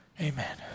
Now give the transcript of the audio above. amen